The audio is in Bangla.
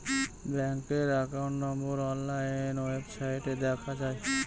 ব্যাঙ্কের একাউন্ট নম্বর অনলাইন ওয়েবসাইটে দেখা যায়